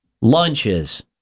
lunches